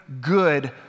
good